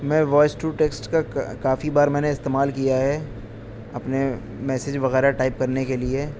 میں voice to text کا کافی بار میں نے استعمال کیا ہے اپنے میسیج وغیرہ ٹائپ کرنے کے لیے